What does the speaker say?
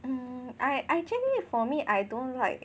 um I I actually for me I don't like